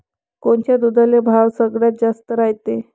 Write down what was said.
कोनच्या दुधाले भाव सगळ्यात जास्त रायते?